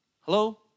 Hello